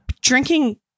drinking